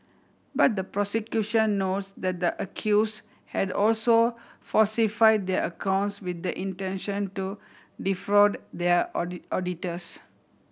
but the prosecution notes that the accuse had also falsified their accounts with the intention to defraud their auditors